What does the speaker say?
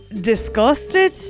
disgusted